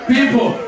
People